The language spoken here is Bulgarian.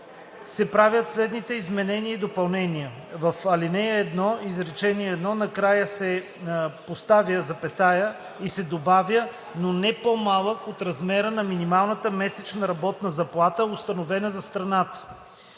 се правят следните изменения и допълнения: „В ал. 1, изречение 1 накрая се поставя запетая и се добавя „но не по-малък от размера на минималната месечна работна заплата, установена за страната“.